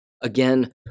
Again